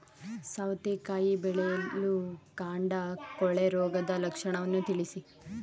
ಸೌತೆಕಾಯಿ ಬೆಳೆಯಲ್ಲಿ ಕಾಂಡ ಕೊಳೆ ರೋಗದ ಲಕ್ಷಣವನ್ನು ತಿಳಿಸಿ?